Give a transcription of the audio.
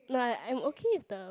nah I'm okay with the